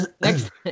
next